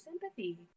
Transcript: sympathy